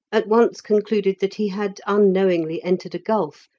at once concluded that he had unknowingly entered a gulf,